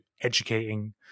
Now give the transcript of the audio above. educating